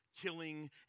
killing